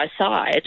side